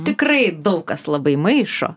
tikrai daug kas labai maišo